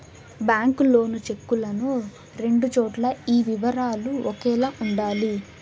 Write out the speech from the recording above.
bank loan చెక్కులను రెండు చోట్ల ఈ వివరాలు ఒకేలా ఉండాలి